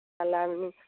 তাহলে আপনি